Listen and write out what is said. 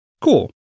Cool